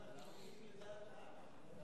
אז אנחנו קולעים לדעת העם?